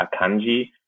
Akanji